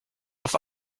auf